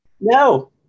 No